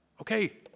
Okay